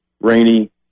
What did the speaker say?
rainy